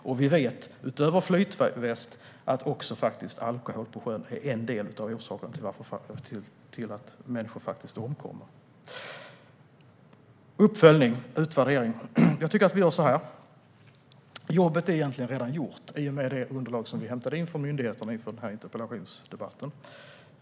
Vi vet att utöver flytväst är alkohol en av orsakerna till att människor omkommer. Uppföljning och utvärdering efterfrågas. Jag tycker att vi gör så här: Jobbet är redan gjort i och med det underlag som vi hämtade in från myndigheterna inför denna interpellationsdebatt.